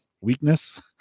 weakness